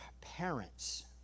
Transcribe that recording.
parents